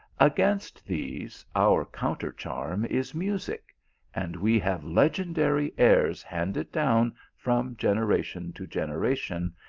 against these, our countercharm is music and we have legendary airs handed down from generation to generation,